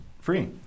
free